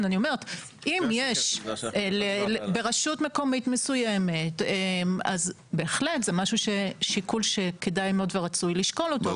אם יש דבר כזה ברשות מקומית מסוימת אז זה שיקול שכדאי מאוד לשקול אותו.